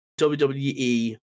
WWE